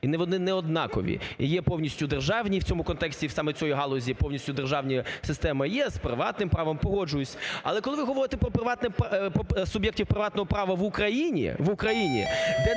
і вони не однакові. І є повністю державні в цьому контексті і саме в цій галузі, повністю державна система, є з приватним правом, погоджуюсь. Але коли ви говорите про суб'єктів приватного права в Україні, в Україні, де не